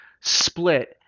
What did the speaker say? split